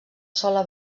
sola